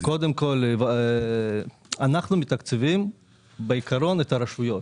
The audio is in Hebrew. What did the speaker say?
קודם כל, אנחנו מתקצבים בעיקרון את הרשויות.